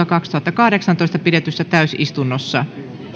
kaksituhattakahdeksantoista pidetyssä täysistunnossa